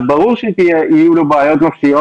ברור שיהיו לו בעיות נפשיות